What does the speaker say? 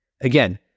Again